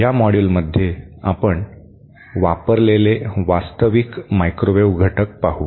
या मॉड्यूलमध्ये आपण वापरलेले वास्तविक मायक्रोवेव्ह घटक पाहू